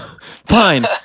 Fine